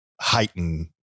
heighten